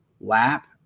lap